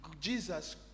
Jesus